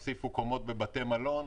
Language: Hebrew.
הוסיפו קומות בבתי מלון.